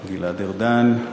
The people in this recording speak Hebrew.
גלעד ארדן,